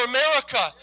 America